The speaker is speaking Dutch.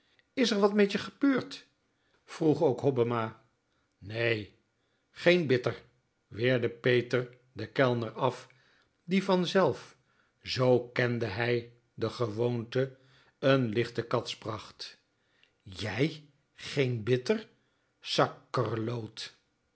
is r wat met je gebeurd vroeg ook hobbema nee géén bitter weerde peter den kelner af die vanzelf z kende hij de gewoonten n lichte catz bracht jij geen bitter sakkerloot